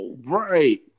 Right